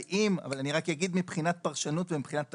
אני רק אגיד מבחינת פרשנות ומבחינת תכלית.